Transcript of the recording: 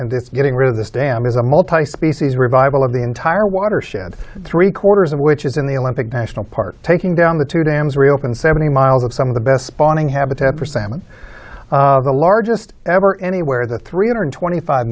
and this getting rid of this dam is a multi species revival of the entire watershed three quarters of which is in the olympic national park taking down the two dams reopened seventy miles of some of the best spawning habitat for salmon the largest ever anywhere the three hundred twenty five